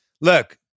look